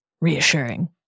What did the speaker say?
reassuring